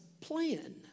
plan